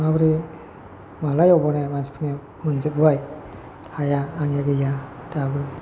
माब्रै माब्ला एवबावनाय मानसिफोरनिया मालाय मोनजोबबाय हाया आंनिया गैया दाबो